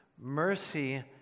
Mercy